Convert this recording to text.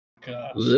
god